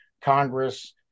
Congress